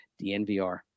DNVR